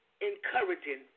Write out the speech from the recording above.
encouraging